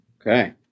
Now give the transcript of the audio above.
Okay